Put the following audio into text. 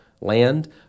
land